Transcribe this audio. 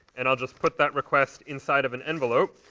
and i'll just put that request inside of an envelope.